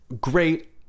great